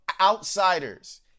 outsiders